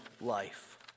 life